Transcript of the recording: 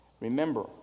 Remember